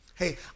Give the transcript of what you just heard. hey